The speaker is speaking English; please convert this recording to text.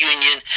Union